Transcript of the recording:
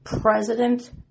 President